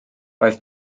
roedd